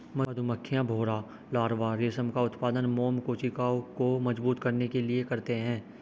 मधुमक्खियां, भौंरा लार्वा रेशम का उत्पादन मोम कोशिकाओं को मजबूत करने के लिए करते हैं